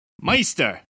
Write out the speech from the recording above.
Meister